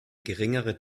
geringere